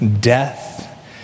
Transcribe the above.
death